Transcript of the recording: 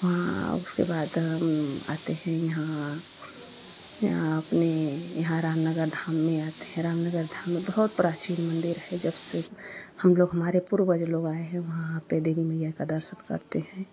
वहाँ उसके बाद हम आते हैं यहाँ यहाँ अपने यहाँ रामनगर धाम में आते हैं रामनगर धाम में बहुत प्राचीन मंदिर है जब से हम लोग हमारे पूर्वज लोग आए हैं वहाँ पर देवी मैया का दर्शन करते हैं